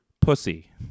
pussy